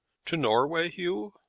to norway, hugh?